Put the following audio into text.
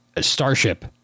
Starship